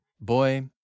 Boy